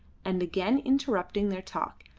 and again interrupting their talk,